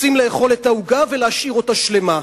רוצים לאכול את העוגה ולהשאיר אותה שלמה.